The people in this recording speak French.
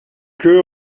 que